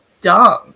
dumb